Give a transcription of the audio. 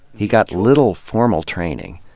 he got little formal training,